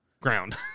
Ground